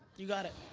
you got it.